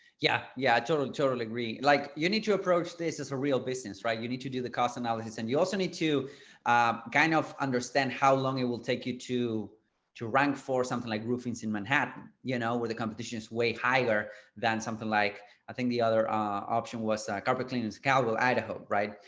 yeah, yeah, i totally, totally agree. like you need to approach this as a real business right, you need to do the cost analysis and you also need to kind of understand how long it will take you to to rank for something like roofing in manhattan, you know, where the competition is way higher than something like i think the other ah option was carpet cleaning scalpel, idaho, right.